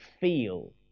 feel